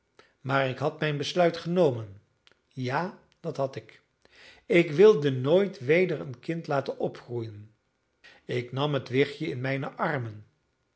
maar ik had mijn besluit genomen ja dat had ik ik wilde nooit weder een kind laten opgroeien ik nam het wichtje in mijne armen